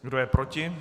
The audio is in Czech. Kdo je proti?